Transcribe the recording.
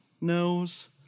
knows